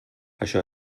això